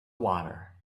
water